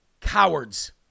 Cowards